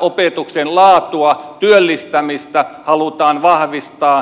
opetuksen laatua työllistämistä halutaan vahvistaa